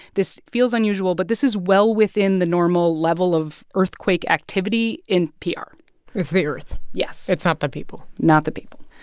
this feels unusual, but this is well within the normal level of earthquake activity in pr it's the earth yes it's not the people not the people.